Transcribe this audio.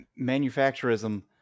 Manufacturism